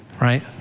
Right